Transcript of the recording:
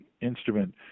instrument